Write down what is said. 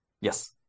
Yes